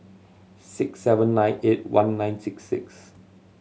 six seven nine eight one nine six six